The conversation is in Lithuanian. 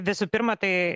visų pirma tai